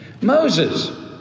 Moses